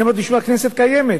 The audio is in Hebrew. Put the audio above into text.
אני אמרתי: תשמע, הכנסת קיימת.